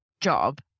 job